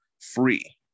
free